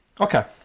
Okay